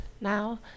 now